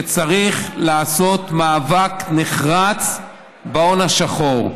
שצריך לעשות מאבק נחרץ בהון השחור.